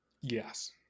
Yes